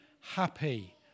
happy